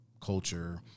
culture